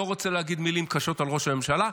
לא רוצה להגיד מילים קשות על ראש הממשלה.